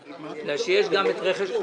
בגלל שיש גם מקרה חירום.